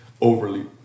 overly